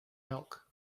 milk